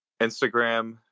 Instagram